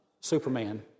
Superman